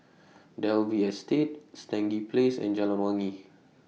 Dalvey Estate Stangee Place and Jalan Wangi